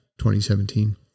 2017